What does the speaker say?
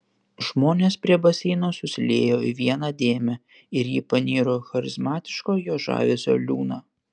žmonės prie baseino susiliejo į vieną dėmę ir ji paniro į charizmatiško jo žavesio liūną